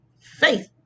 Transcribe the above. faith